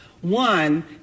One